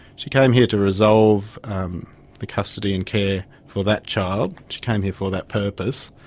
she came here to resolve the custody and care for that child, she came here for that purpose.